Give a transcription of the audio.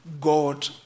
God